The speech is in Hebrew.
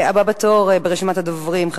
עכשיו הבא בתור ברשימת הדוברים,